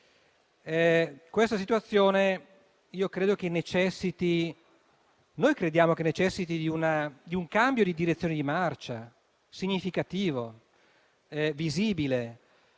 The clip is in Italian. questa situazione necessiti di un cambio di direzione di marcia significativo e visibile,